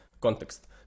context